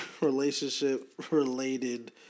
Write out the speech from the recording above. relationship-related